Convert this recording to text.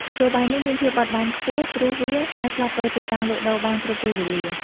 មធ្យោបាយនេះមានភាពបត់បែនខ្ពស់ព្រោះវាអាចផ្លាស់ប្តូរទីតាំងលក់ដូរបានគ្រប់ពេលវេលា។